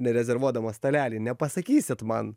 nerezervuodamas stalelį nepasakysit man